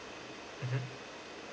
mmhmm